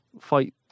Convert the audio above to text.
fight